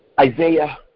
Isaiah